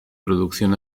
producción